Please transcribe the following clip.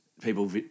People